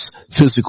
physical